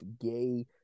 gay